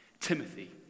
Timothy